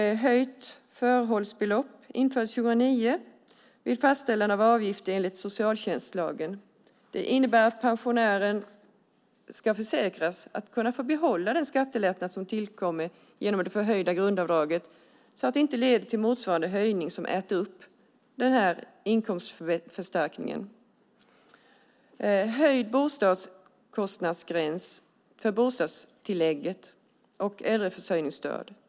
Höjt förbehållsbelopp infördes 2009 vid fastställande av avgifter enligt socialtjänstlagen. Det innebär att pensionären ska försäkras att få behålla den skattelättnad som tillkommit genom det förhöjda grundavdraget så att det inte leder till motsvarande höjning som äter upp inkomstförstärkningen. Bostadskostnadsgränsen för bostadstillägg och äldreförsörjningsstöd har höjts.